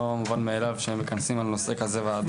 מובן מאליו שמכנסים על נושא כזה ועדה.